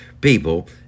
people